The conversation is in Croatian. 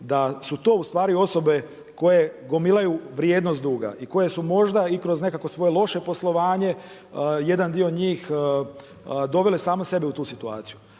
da su to ustvari osobe koje gomilaju vrijednost duga i koje su možda i kroz nekakvo svoje loše poslovanje jedan dio njih dovele same sebe u tu situaciju.